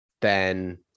then-